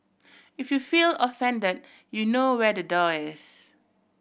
if you feel offended you know where the door is